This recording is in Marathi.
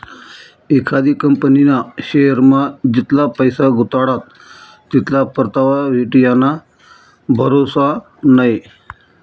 एखादी कंपनीना शेअरमा जितला पैसा गुताडात तितला परतावा भेटी याना भरोसा नै